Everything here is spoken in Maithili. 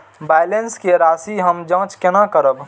बैलेंस के राशि हम जाँच केना करब?